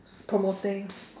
promoting